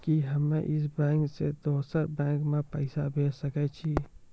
कि हम्मे इस बैंक सें दोसर बैंक मे पैसा भेज सकै छी?